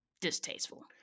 distasteful